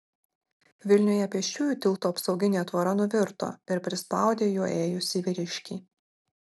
vilniuje pėsčiųjų tilto apsauginė tvora nuvirto ir prispaudė juo ėjusį vyriškį